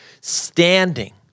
Standing